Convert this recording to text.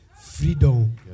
freedom